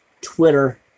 Twitter